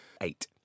eight